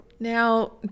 Now